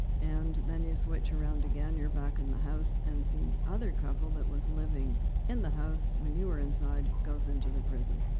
and then, you switch around again. you're back in the house, and the other couple, that was living in the house when you were inside, goes into the prison.